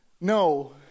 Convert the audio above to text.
No